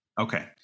Okay